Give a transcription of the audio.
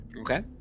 Okay